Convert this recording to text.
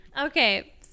Okay